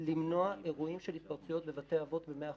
למנוע אירועים של התפרצויות בבתי האבות ב-100%.